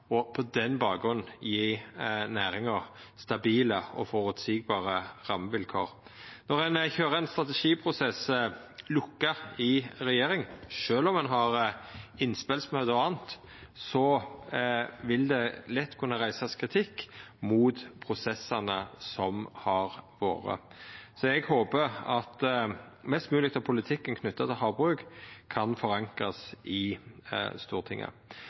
og på den bakgrunn gje næringa stabile og føreseielege rammevilkår. Når ein køyrer ein strategiprosess lukka i regjering, sjølv om ein har innspelsmøte o.a., vil det lett kunna reisast kritikk mot prosessane som har vore, så eg håpar at mest mogleg av politikken knytt til havbruk kan forankrast i Stortinget.